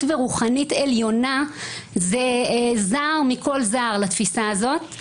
ורוחנית עליונה זה זר לתפיסה הזאת.